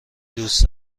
دوست